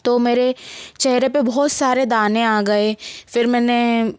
तो मेरे चेहरे पे बहुत सारे दाने आ गए फिर मैंने